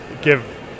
give